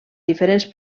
diferents